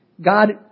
God